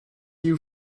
you